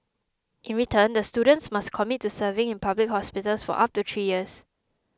in return the students must commit to serving in public hospitals for up to three years